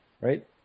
right